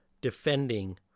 defending